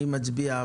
אני מצביע.